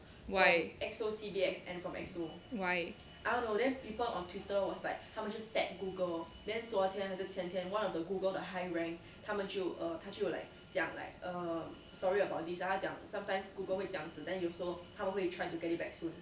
why why